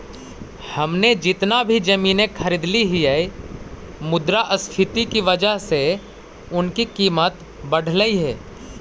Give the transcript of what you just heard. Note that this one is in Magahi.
हमने जितना भी जमीनें खरीदली हियै मुद्रास्फीति की वजह से उनकी कीमत बढ़लई हे